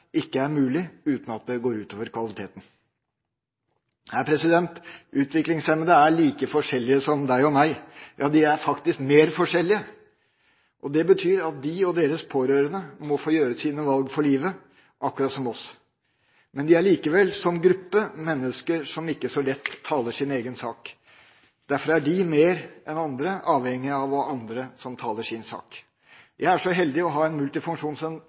ikke er mulig uten at det går ut over kvaliteten. Utviklingshemmede er like forskjellige som deg og meg, ja – de er faktisk mer forskjellige. Det betyr at de og deres pårørende må få gjøre sine valg for livet, akkurat som oss. Men de er likevel, som gruppe, mennesker som ikke så lett taler sin egen sak. Derfor er de mer enn andre avhengige av å ha andre som taler deres sak. Jeg er så heldig å ha en